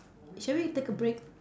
shall we take a break